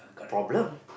problem